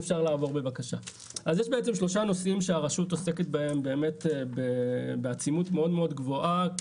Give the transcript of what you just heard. אז יש בעצם שלושה נושאים שהרשות עוסקת בהם בעצימות באמת מאוד גבוהה,